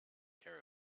care